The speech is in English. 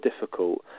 difficult